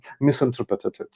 misinterpreted